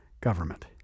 government